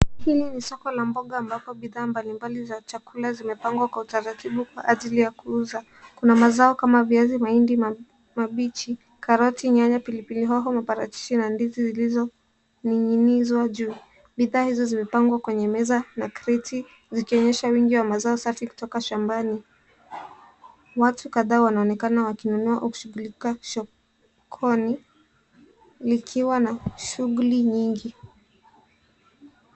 Hili ni soko la mboga ambapo bidhaa mbalimbali za chakula zimepangwa kwa utaratibu kwa ajili ya kuuza. Kuna mazao kama viazi, mahindi mabichi, karoti, nyanya, pilipili hoho, maparachichi na ndizi zilizoning'inizwa juu. Bidhaa hizo zimepangwa kwenye meza na kreti zikionyesha wingi wa mazao safi kutoka shambani. Watu kadhaa wanaonekana wakinunua au kushughulika sokoni, likiwa na shughuli nyingi.